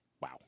Wow